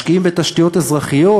משקיעים בתשתיות אזרחיות,